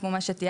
כמו מה שתיארת,